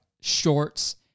shorts